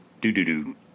Do-do-do